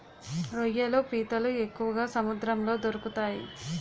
రొయ్యలు పీతలు ఎక్కువగా సముద్రంలో దొరుకుతాయి